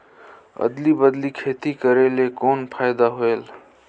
अदली बदली खेती करेले कौन फायदा होयल?